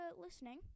listening